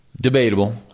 debatable